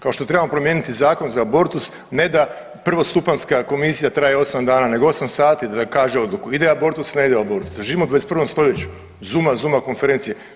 Kao što trebamo promijeniti zakon za abortus, ne da prvostupanjska komisija traje 8 dana, nego 8 sati da kaže odluku ide abortus, ne ide abortus, živimo u 21. stoljeću, zoom-a zoom-a konferencije.